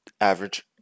average